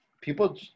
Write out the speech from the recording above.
people